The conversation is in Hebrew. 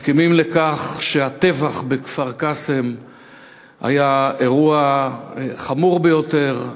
מסכימים שהטבח בכפר-קאסם היה אירוע חמור ביותר,